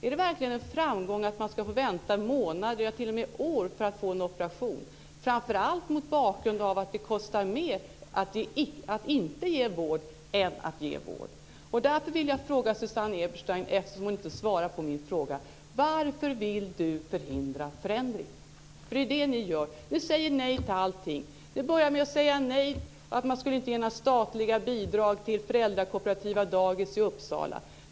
Är det verkligen en framgång att man ska få vänta månader och t.o.m. år för att få en operation, framför allt mot bakgrund att det kostar mer att inte ge vård än att ge vård? Jag vill därför fråga Susanne Eberstein, eftersom hon tidigare inte svarade på min fråga: Varför vill Susanne Eberstein förhindra förändring? Det är vad ni gör. Ni säger nej till allting. Ni började med att säga nej till statliga bidrag till föräldrakooperativa dagis i Uppsala.